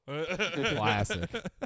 Classic